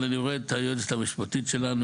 אני רואה את היועצת המשפטית שלנו,